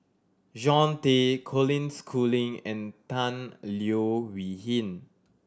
John Tay Colin Schooling and Tan Leo Wee Hin